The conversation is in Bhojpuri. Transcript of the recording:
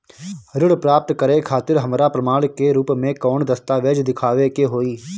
ऋण प्राप्त करे खातिर हमरा प्रमाण के रूप में कौन दस्तावेज़ दिखावे के होई?